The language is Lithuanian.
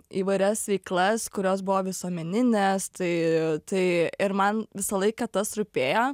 įvairias veiklas kurios buvo visuomeninės tai tai ir man visą laiką tas rūpėjo